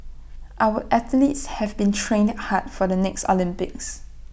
our athletes have been training hard for the next Olympics